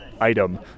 item